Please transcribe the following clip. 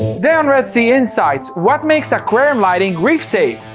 today on red sea insights what makes aquarium lighting reef-safe?